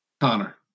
Connor